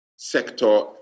sector